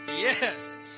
Yes